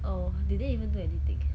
oh did they even do anything